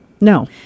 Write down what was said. No